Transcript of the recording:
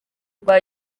rwa